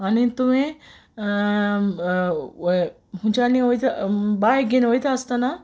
आनी तुयें खुंयच्यांनी वोयता जा बायक घेयन वोयता आसतना